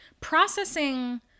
processing